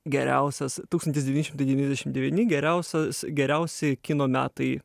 geriausias tūkstantis devyni šimtai devyniasdešim devyni geriausios geriausi kino metai